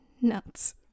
nuts